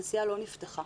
התעשייה לא נפתחה.